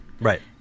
Right